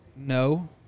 No